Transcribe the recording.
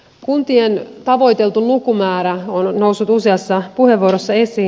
kuntien tavoiteltu lukumäärä on noussut useassa puheenvuorossa esiin